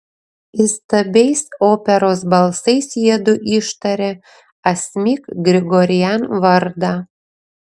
įstabiais operos balsais jiedu ištarė asmik grigorian vardą